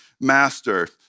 master